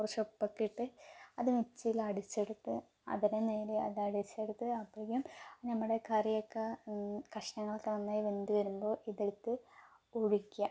കുറച്ച് ഉപ്പൊക്കെയിട്ട് അത് മിക്സിയിൽ അടിച്ചെടുത്ത് അതിനെ നേരെ അത് അടിച്ചെടുത്ത് അപ്പോഴേക്കും നമ്മുടെ കറിയൊക്കെ കഷ്ണങ്ങൾ ഒക്കെ നന്നായി വെന്ത് വരുമ്പോൾ ഇത് എടുത്ത് ഒഴിക്കുക